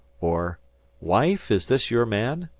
or wife, is this your man?